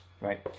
right